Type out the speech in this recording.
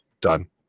done